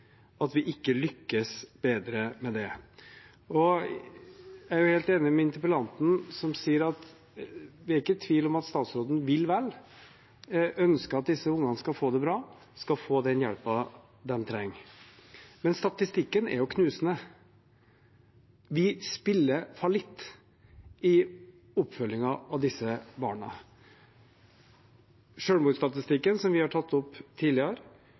Jeg er helt enig med interpellanten, som sier at vi ikke er i tvil om at statsråden vil vel og ønsker at disse ungene skal få det bra, at de skal få den hjelpen de trenger, men statistikken er jo knusende. Vi spiller falitt i oppfølgingen av disse barna. Selvmordsstatistikken, som vi har tatt opp tidligere,